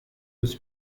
was